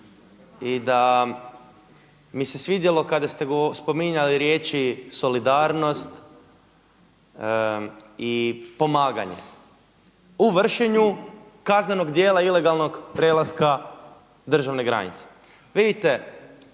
i da mi se svidjelo kada ste spominjali riječi solidarnost i pomaganje u vršenju kaznenog djela ilegalnog prelaska državne granice. Vidite